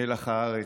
מלח הארץ,